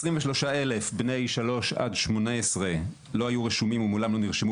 23,000 בני 3-18 לא היו רשומים ומעולם לא היו רשומים